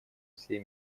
всей